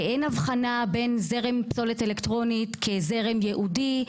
אין הבחנה בין זרם פסולת אלקטרונית כזרם ייעודי,